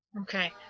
okay